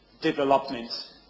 development